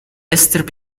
esther